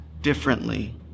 differently